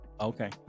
Okay